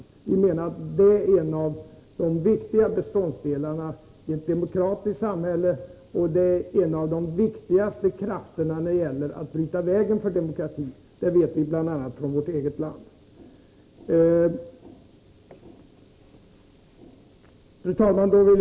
Vi menar att den är en av de viktigaste beståndsdelarna i ett demokratiskt samhälle och en av de viktigaste krafterna när det gäller att bryta väg för demokratin — det vet vi bl.a. från vårt eget land. Fru talman!